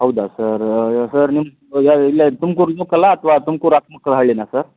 ಹೌದಾ sir sir ನಿಮ್ಮ ಇಲ್ಲೇ ತುಮ್ಕೂರು ಲೋಕಲ್ಲಾ ಅಥ್ವಾ ತುಮ್ಕೂರು ಆತ್ಮುಕ ಹಳ್ಳಿಯ ಸರ್